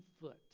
foot